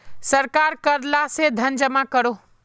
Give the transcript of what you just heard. सरकार कर ला से धन जमा करोह